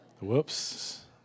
Whoops